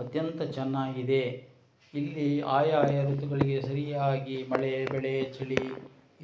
ಅತ್ಯಂತ ಚೆನ್ನಾಗಿದೆ ಇಲ್ಲಿ ಆಯಾಯ ಋತುಗಳಿಗೆ ಸರಿಯಾಗಿ ಮಳೆ ಬೆಳೆ ಚಳಿ